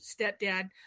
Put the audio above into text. stepdad